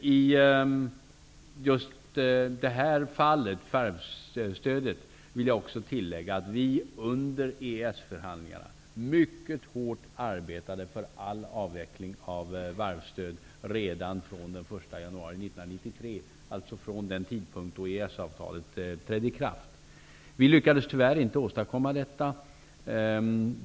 I fråga om just varvsstödet vill jag också tillägga att vi under EES-förhandlingarna mycket hårt arbetade för all avveckling av varvsstöd redan från den 1 januari 1993, alltså från den tidpunkt då EES avtalet skulle träda i kraft. Vi lyckades tyvärr inte åstadkomma detta.